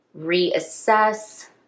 reassess